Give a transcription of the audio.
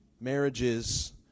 marriages